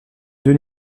deux